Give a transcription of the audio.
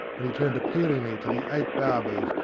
and he turned appealingly to the eight barbers,